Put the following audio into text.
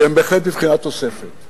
שהם בהחלט בבחינת תוספת.